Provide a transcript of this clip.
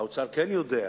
האוצר כן יודע,